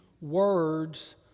words